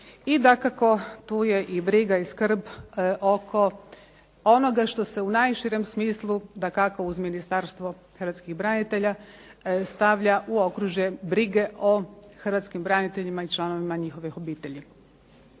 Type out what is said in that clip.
I dakako, tu je i briga i skrb oko onoga što se u najširem smislu dakako uz Ministarstvo hrvatskih branitelja stavlja u okružje brige o hrvatskim braniteljima i članovima njihovih obitelji.